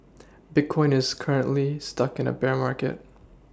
bitcoin is currently stuck in a bear market